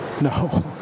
No